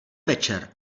večer